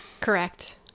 correct